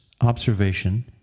Observation